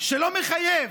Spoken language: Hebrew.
שלא מחייב,